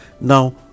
Now